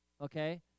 Okay